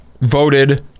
voted